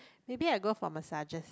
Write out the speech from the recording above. maybe I'll go for massages